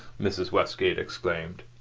mrs. westgate exclaimed.